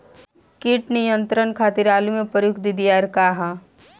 कीट नियंत्रण खातिर आलू में प्रयुक्त दियार का ह?